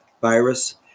virus